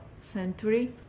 century